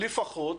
לפחות,